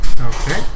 Okay